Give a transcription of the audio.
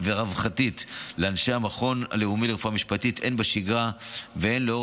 ורווחתית לאנשי המכון הלאומי לרפואה משפטית הן בשגרה והן לאור